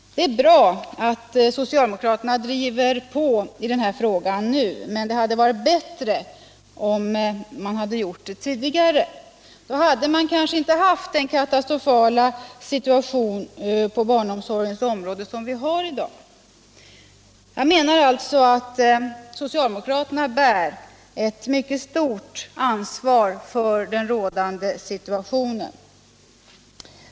Det är bra att socialdemokraterna driver på i den här frågan nu, men det hade varit bättre om man hade gjort det tidigare. Då hade vi kanske inte haft den katastrofala situation på barnomsorgens område som vi har i dag. Jag menar alltså att socialdemokraterna bär ett mycket stort ansvar för den rådande situationen.